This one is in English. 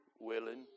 willing